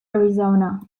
arizona